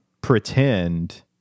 pretend